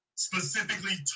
Specifically